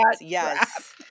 yes